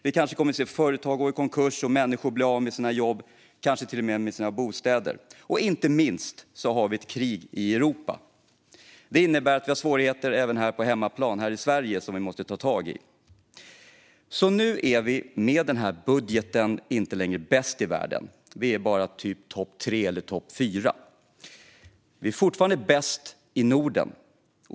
Vi kanske kommer att se företag gå i konkurs och människor bli av med sina jobb och kanske till och med sina bostäder. Och inte minst har vi ett krig i Europa. Det innebär att vi har svårigheter även här på hemmaplan, här i Sverige, som vi måste ta tag i. Nu är vi med den här budgeten inte längre bäst i världen. Vi ligger bara topp tre eller topp fyra. Vi är fortfarande bäst i Norden.